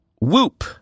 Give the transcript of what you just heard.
Whoop